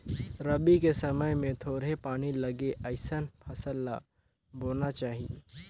रबी के समय मे थोरहें पानी लगे अइसन फसल ल बोना चाही